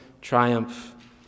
triumph